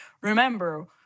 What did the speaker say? remember